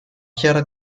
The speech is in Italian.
chiara